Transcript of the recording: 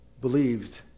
believed